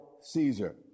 Caesar